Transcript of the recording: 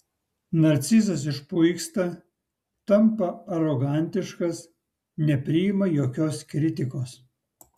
narcizas išpuiksta tampa arogantiškas nepriima jokios kritikos